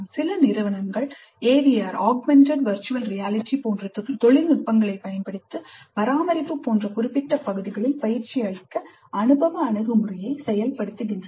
சில நிறுவனங்கள் AVR Augmented Virtual Reality போன்ற தொழில்நுட்பங்களைப் பயன்படுத்தி பராமரிப்பு போன்ற குறிப்பிட்ட பகுதிகளில் பயிற்சி அளிக்க அனுபவ அணுகுமுறையை செயல்படுத்துகின்றன